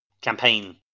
campaign